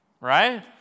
right